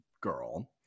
girl